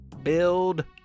build